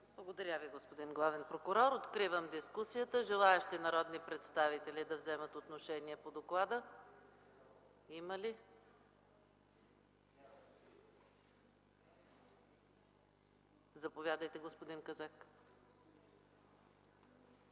Благодаря Ви, господин главен прокурор. Откривам дискусията. Желаещи народни представители да вземат отношение по доклада има ли? Заповядайте, господин Казак.